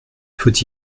faut